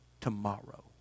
tomorrow